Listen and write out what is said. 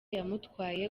yamutwaye